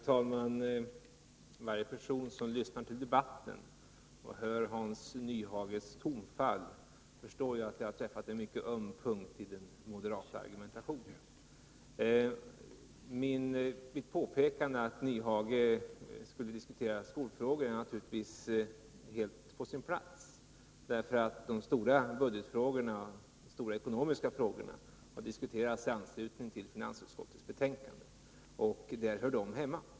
Herr talman! Varje person som lyssnar till debatten och hör Hans Nyhages tonfall förstår att jag har träffat en mycket öm punkt i den moderata argumentationen. Min uppmaning till Hans Nyhage att diskutera skolfrågor är naturligtvis helt på sin plats. De stora ekonomiska frågorna diskuteras ju i anslutning till finansutskottets betänkande — där hör de hemma.